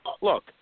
Look